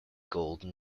golden